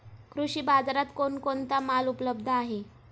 कृषी बाजारात कोण कोणता माल उपलब्ध आहे?